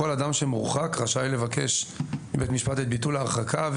כל אדם שמורחק רשאי לבקש מבית משפט את ביטול ההרחקה,